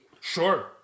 Sure